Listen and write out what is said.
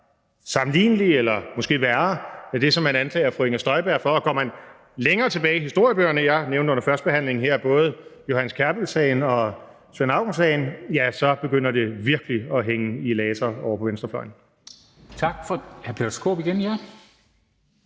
sammenlignelige eller måske værre end det, man anklager fru Inger Støjberg for. Går man længere tilbage i historiebøgerne – jeg nævnte her under førstebehandlingen både Johannes Kjærbøl-sagen og Svend Auken-sagen – ja, så begynder det virkelig at hænge i laser ovre på venstrefløjen. Kl. 14:54 Formanden (Henrik